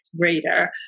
greater